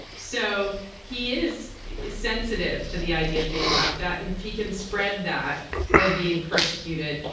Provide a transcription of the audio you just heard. so he is sensitive to the idea of being laughed at. and if he can spread that or being persecuted,